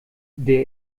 der